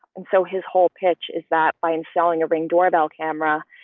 and so his whole pitch is that by and selling a ring doorbell camera,